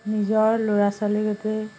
নিজৰ ল'ৰা ছোৱালীদৰেই